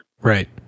Right